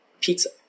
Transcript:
pizza